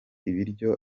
ibiryo